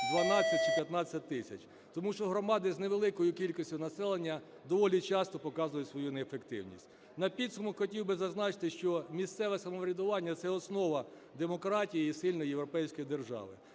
12 чи 15 тисяч, тому що громади з невеликою кількістю населення доволі часто показують свою неефективність. На підсумок хотів би зазначити, що місцеве самоврядування – це основа демократії і сильної європейської держави,